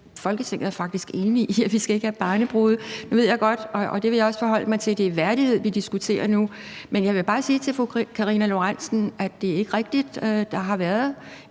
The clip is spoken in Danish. Folketinget faktisk er enig i, at vi ikke skal have barnebrude. Nu ved jeg godt, og det vil jeg også forholde mig til, at det er værdighed, vi diskuterer nu, men jeg vil bare sige til fru Karina Lorentzen Dehnhardt, at det ikke er rigtigt. Der har været